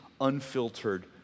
unfiltered